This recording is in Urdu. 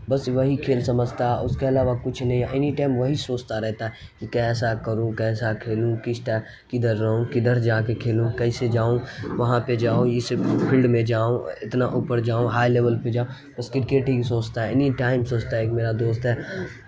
بس وہی کھیل سمجھتا ہے اس کے علاوہ کچھ نہیں اینی ٹائم وہی سوچتا رہتا ہے کہ کیسا کروں کیسا کھیلوں کس کدھر رہوں کدھر جا کے کھیلوں کیسے جاؤں وہاں پہ جاؤں اس فیلڈ میں جاؤں اتنا اوپر جاؤں ہائی لیول پہ جاؤں بس کرکٹ ہی کی سوچتا ہے اینی ٹائم سوچتا ہے ایک میرا دوست ہے